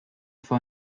for